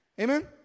Amen